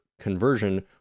conversion